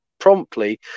promptly